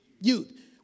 youth